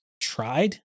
tried